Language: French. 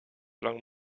langue